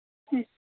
ಹ್ಞ್